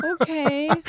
Okay